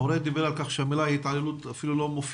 ההורה דיבר על כך שממילא ההתעללות אפילו לא מופיעה,